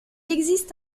existe